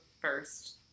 first